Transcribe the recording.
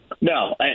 No